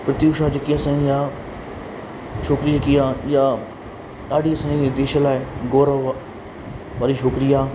P T Usha जेकी असां ई आहे छोकिहेरी जी आ इहा ॾाढी असांजे देश लाइ गौरव वारी छोकिरी आहे